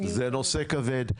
זה נושא כבד.